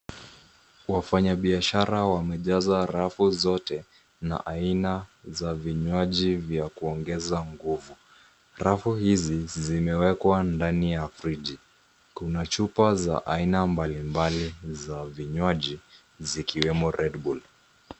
Wafanyabiashara wamejaza rafu zote na aina za vinywaji vya kuongeza nguvu. Rafu hizi zimewekwa ndani ya friji. Kuna chupa za aina mbalimbali za vinywaji zikiwemo Red Bull.